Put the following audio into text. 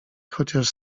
chociaż